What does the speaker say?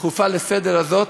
הדחופה לסדר-היום הזאת,